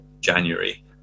January